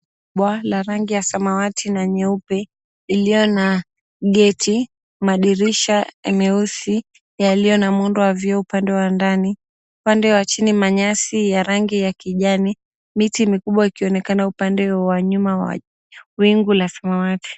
Bwawa la rangi ya samawati na nyeupe iliyo na geti, madirisha nyeusi yaliyo na muundo wa vioo upande wa ndani. Upande wa chini manyasi ya rangi ya kijani. Miti mikubwa yakionekana upande wa nyuma ya wingu la samawati.